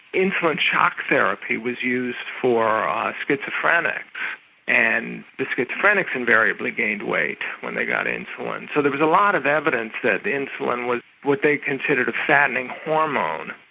insulin shock therapy was used for ah schizophrenics, and the schizophrenics invariably gained weight when they got insulin. so there was a lot of evidence that insulin was what they considered a fattening hormone.